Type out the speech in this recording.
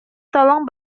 tolong